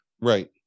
right